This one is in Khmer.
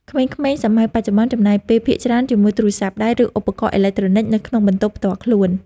ក្មេងៗសម័យបច្ចុប្បន្នចំណាយពេលភាគច្រើនជាមួយទូរស័ព្ទដៃ ឬឧបករណ៍អេឡិចត្រូនិកនៅក្នុងបន្ទប់ផ្ទាល់ខ្លួន។